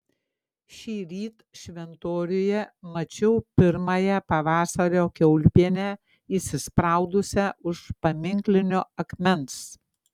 šįryt šventoriuje mačiau pirmąją pavasario kiaulpienę įsispraudusią už paminklinio akmens